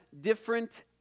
different